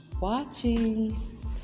watching